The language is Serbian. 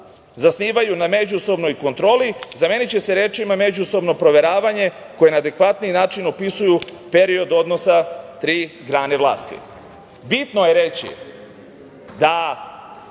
zasnivaju na međusobnoj kontroli, zameniće se rečima „međusobno proveravanje“ koje na adekvatniji način opisuju period odnosa tri grane vlasti. Bitno je reći da